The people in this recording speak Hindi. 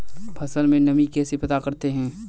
फसल में नमी कैसे पता करते हैं?